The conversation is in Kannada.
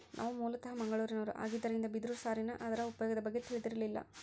ನಾವು ಮೂಲತಃ ಮಂಗಳೂರಿನವರು ಆಗಿದ್ದರಿಂದ ಬಿದಿರು ಸಾರಿನ ಅದರ ಉಪಯೋಗದ ಬಗ್ಗೆ ತಿಳಿದಿರಲಿಲ್ಲ